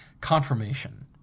confirmation